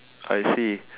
I see